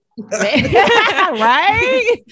right